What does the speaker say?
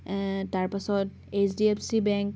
তাৰ পাছত H D F C bank